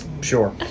sure